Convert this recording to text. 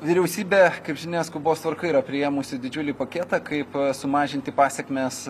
vyriausybė kaip žinia skubos tvarka yra priėmusi didžiulį paketą kaip sumažinti pasekmes